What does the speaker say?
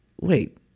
wait